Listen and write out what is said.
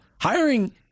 Hiring